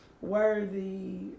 worthy